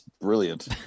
Brilliant